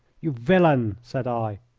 you villain! said i.